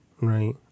right